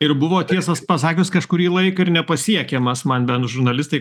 ir buvo tiesą pasakius kažkurį laiką ir nepasiekiamas man bent žurnalistai